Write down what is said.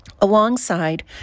Alongside